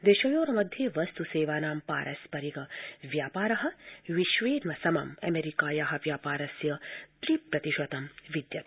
देशयोर्मध्ये वस्तु सेवानां पारस्परिक व्यापारः विश्वेन समं अमेरिकायाः व्यापारस्य त्रि प्रतिशतं विद्यते